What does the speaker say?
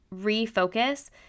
refocus